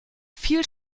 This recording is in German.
viel